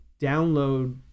download